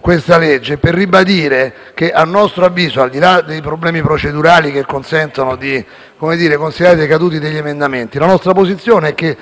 questo provvedimento, per ribadire che, a nostro avviso, al di là dei problemi procedurali che consentono di considerare decaduti degli emendamenti, la nostra posizione è che